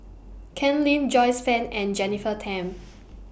Ken Lim Joyce fan and Jennifer Tham